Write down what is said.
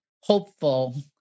hopeful